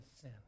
sin